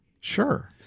Sure